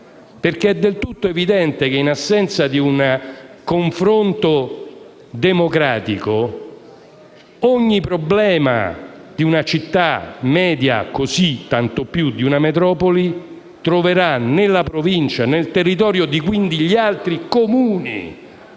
perché è del tutto evidente che in assenza di un confronto democratico ogni problema di una città media, tanto più di una metropoli, troverà nella Provincia, nel territorio degli altri Comuni